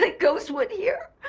like ghostwood here.